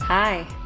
Hi